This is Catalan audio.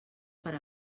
per